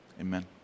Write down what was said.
amen